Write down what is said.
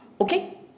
Okay